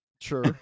sure